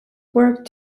worked